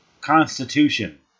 Constitution